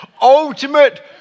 ultimate